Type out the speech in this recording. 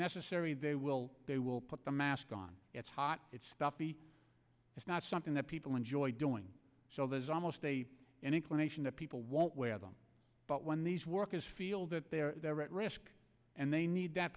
necessary they will they will put the mask on it's hot it's stuffy it's not something that people enjoy doing so there's almost a inclination that people won't wear them but when these workers feel that they are at risk and they need that